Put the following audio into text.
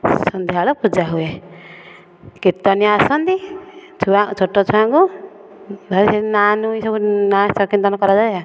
ସନ୍ଧ୍ୟାବେଳ ପୂଜା ହୁଏ କୀର୍ତନିଆଁ ଆସନ୍ତି ଛୁଆ ଛୋଟ ଛୁଆଙ୍କୁ ଧରିକି ନା ନୁଇଁ ସବୁ ନାଁ ସଂକୀର୍ତ୍ତନ କରାଯାଏ ଆଉ